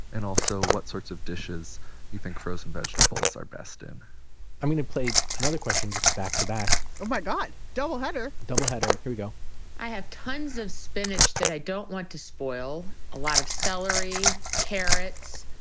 and also, what sorts of dishes you think frozen vegetables are best in i'm going to play another question just back-to-back oh my god, double-header double-header, and here we go i have tons of spinach that i don't want to spoil, a lot of celery, carrots.